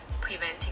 preventing